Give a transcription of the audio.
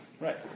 right